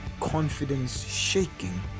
Confidence-shaking